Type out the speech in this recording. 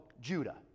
Judah